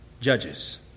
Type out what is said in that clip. judges